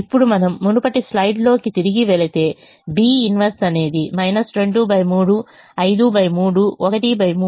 ఇప్పుడు మనము మునుపటి స్లైడ్ లోకి తిరిగి వెళ్లి B 1 అనేది 2 3 53 13 1 3 2 3